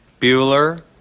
Bueller